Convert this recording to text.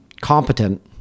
competent